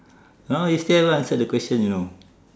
!huh! you still haven't answered the question you know